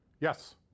Yes